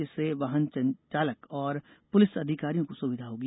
जिससे वाहन चालक और पुलिस अधिकारियों को सुविधा होगी